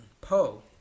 Poe